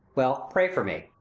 well, pray for me.